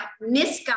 misguided